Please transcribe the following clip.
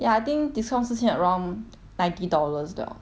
ya I think discount 之前 around ninety dollars liao